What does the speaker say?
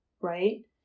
right